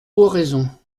oraison